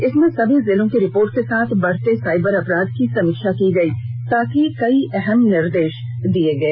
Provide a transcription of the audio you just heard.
इसमें सभी जिलों की रिपोर्ट के साथ बढ़ते साइबर अपराध की समीक्षा की गई साथ ही कई अहम निर्देश दिये गए